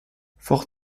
fort